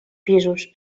pisos